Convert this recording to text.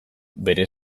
bere